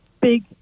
big